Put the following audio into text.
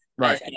right